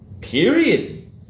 Period